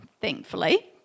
thankfully